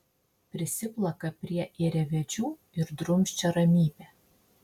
prisiplaka prie ėriavedžių ir drumsčia ramybę